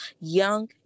young